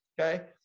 okay